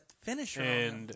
finisher